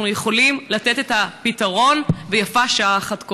אנחנו יכולים לתת את הפתרון, ויפה שעה אחת קודם.